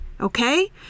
Okay